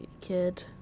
kid